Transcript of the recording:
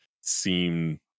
seem